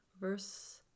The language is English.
verse